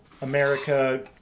America